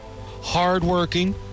hardworking